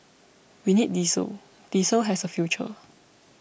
we need diesel diesel has a future